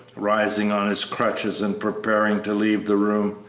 rising on his crutches and preparing to leave the room,